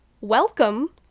welcome